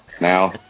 now